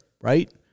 Right